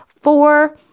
four